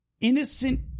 innocent